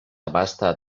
abasta